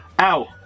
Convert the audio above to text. Ow